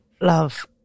Love